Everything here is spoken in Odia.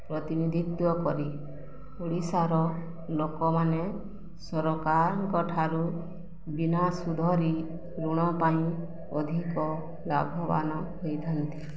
ପ୍ରତିନିଧିତ୍ୱ କରି ଓଡ଼ିଶାର ଲୋକମାନେ ସରକାରଙ୍କଠାରୁ ବିନା ସୁଧରେ ଋଣ ପାଇଁ ଅଧିକ ଲାଭବାନ ହୋଇଥାନ୍ତି